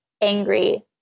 angry